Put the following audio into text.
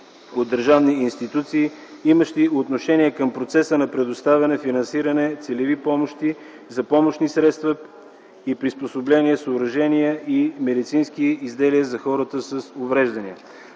от държавни институции, имащи отношение към процеса на предоставяне, финансиране, целеви помощи за помощни средства и приспособления, съоръжения и медицински изделия за хората с увреждания,